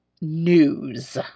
news